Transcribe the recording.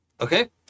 Okay